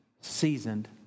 seasoned